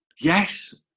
yes